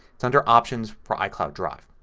it's under options for icloud drive.